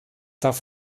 darf